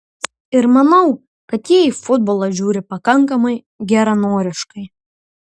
ir manau kad jie į futbolą žiūri pakankamai geranoriškai